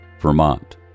Vermont